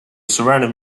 surrounding